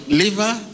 liver